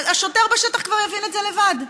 השוטר בשטח כבר יבין את זה לבד.